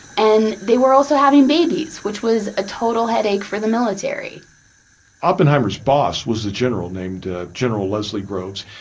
and they were also having babies, which was a total headache for the military oppenheimer's boss was the general named ah general leslie groves,